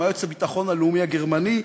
עם היועץ לביטחון הלאומי הגרמני,